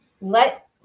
let